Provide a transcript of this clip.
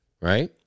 right